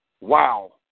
wow